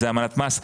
מאיזו אמנת מס,